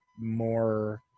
more –